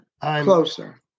closer